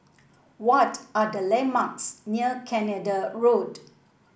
what are the landmarks near Canada Road